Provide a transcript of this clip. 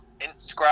Instagram